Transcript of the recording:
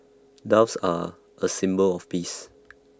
doves are A symbol of peace